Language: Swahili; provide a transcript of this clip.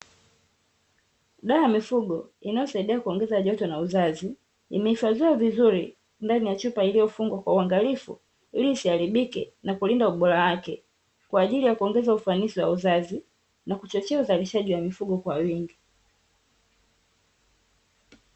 Dawa ya mifugo inayosaidia kuongeza joto na uzazi, imehifadhiwa vizuri ndani ya chupa iliyofungwa kwa uangalifu, ili isiharibike na kulinda ubora wake kwa ajili ya kuongeza ufanisi wa uzazi, na kuchochea uzalishaji wa mifugo kwa wingi.